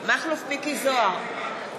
מכלוף מיקי זוהר,